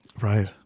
Right